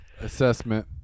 assessment